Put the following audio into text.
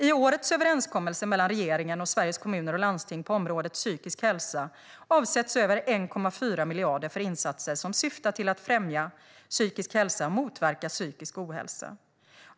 I årets överenskommelse mellan regeringen och Sveriges Kommuner och Landsting på området psykisk hälsa avsätts över 1,4 miljarder för insatser som syftar till att främja psykisk hälsa och motverka psykisk ohälsa.